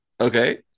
Okay